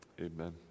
Amen